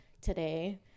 today